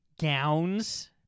Gowns